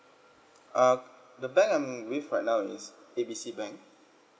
uh the bank I'm with right now is A B C bank